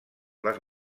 les